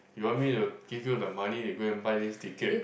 you want me to give you the money to go and buy this ticket